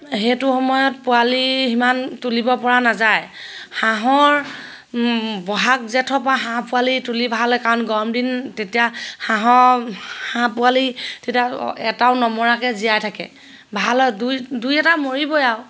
সেইটো সময়ত পোৱালি সিমান তুলিব পৰা নাযায় হাঁহৰ বহাগ জেঠৰ পৰা হাঁহ পোৱালি তুলি ভাল হয় কাৰণ গৰম দিন তেতিয়া হাঁহৰ হাঁহ পোৱালি তেতিয়া এটাও নমৰাকৈ জীয়াই থাকে ভাল হয় দুই দুই এটা মৰিবই আৰু